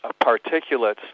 particulates